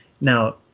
Now